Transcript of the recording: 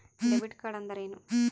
Debit ಕಾರ್ಡ್ಅಂದರೇನು?